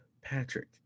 Patrick